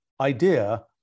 idea